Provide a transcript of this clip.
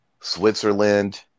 Switzerland